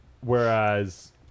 Whereas